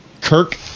Kirk